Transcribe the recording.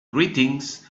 greetings